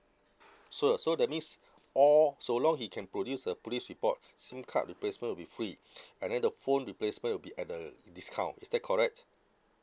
so so that means or so long he can produce a police report SIM card replacement will be free and then the phone replacement will be at a discount is that correct